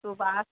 सुबास